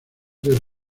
del